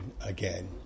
again